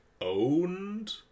owned